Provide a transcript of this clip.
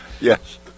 Yes